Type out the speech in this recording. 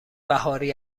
بهاری